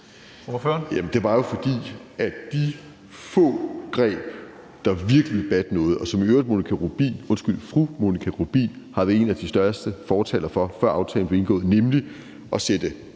Det var jo, fordi de få greb, der virkelig vil batte noget, og som fru Monika Rubin i øvrigt har været en af de største fortalere for, før aftalen blev indgået, nemlig at sætte